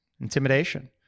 Intimidation